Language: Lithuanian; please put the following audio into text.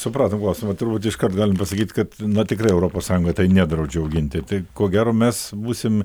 supratom klausimą turbūt iškart galim pasakyti kad tikrai europos sąjunga tai nedraudžiau auginti tai ko gero mes būsim